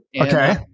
Okay